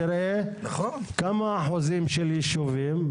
תראה כמה אחוזים של ישובים,